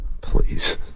Please